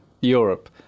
europe